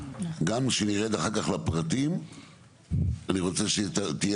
גם כשנרד אחר כך לפרטים אני רוצה שתהיה